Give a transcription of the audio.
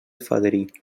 fadrí